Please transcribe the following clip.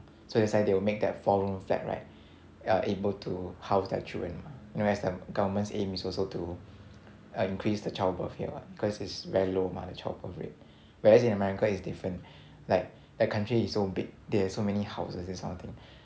so that's why they will make that four room flat right you're able to house their children you know as the government's aim is also to increase the childbirth here what cause it's very low mah the childbirth rate whereas in america is different like the country is so big they have so many houses this kind of thing